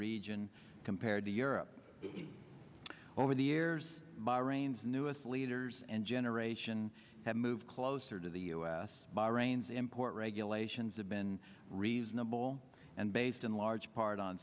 region compared to europe over the years bahrain's newest leaders and generation have moved closer to the u s bahrain's import regulations have been reasonable and based in large part on